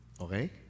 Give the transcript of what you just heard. okay